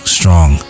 strong